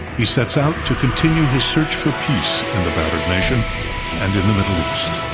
he sets out to continue his search for peace in the battered nation and in the middle east.